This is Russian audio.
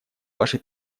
ваше